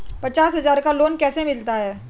पचास हज़ार का लोन कैसे मिलता है?